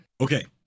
Okay